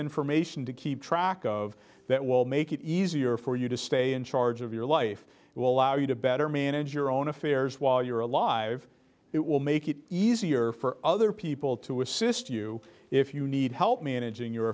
information to keep track of that will make it easier for you to stay in charge of your life will allow you to better manage your own affairs while you're alive it will make it easier for other people to assist you if you need help managing your